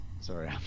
sorry